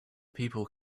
people